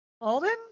Alden